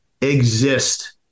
exist